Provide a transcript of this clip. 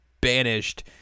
banished